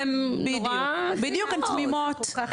והן נורא תמימות.